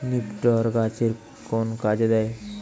নিপটর গাছের কোন কাজে দেয়?